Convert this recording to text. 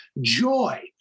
Joy